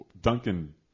Duncan